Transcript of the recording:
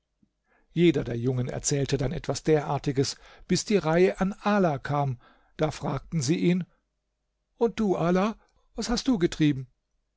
jeder junge erzählte dann etwas derartiges bis die reihe an ala kam da fragten sie ihn und du ala was hast du getrieben